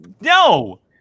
no